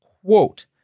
quote